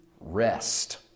rest